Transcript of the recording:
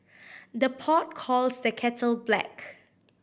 the pot calls the kettle black